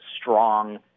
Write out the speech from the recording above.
strong